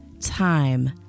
time